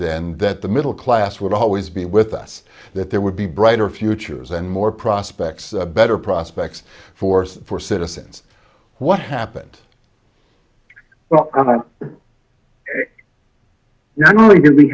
then that the middle class would always be with us that there would be brighter futures and more prospects better prospects for us for citizens what happened well not only